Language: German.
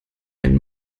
ein